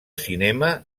cinema